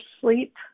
sleep